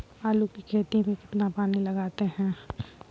आलू की खेती में कितना पानी लगाते हैं?